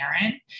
Aaron